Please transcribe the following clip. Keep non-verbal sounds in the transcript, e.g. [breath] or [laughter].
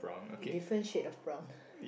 different shade of brown [breath]